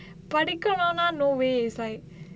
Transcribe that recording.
படிக்கனுனா:padikkanunaa no ways like